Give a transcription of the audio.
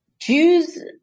Jews